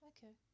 Okay